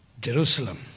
Jerusalem